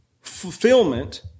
fulfillment